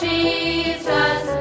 Jesus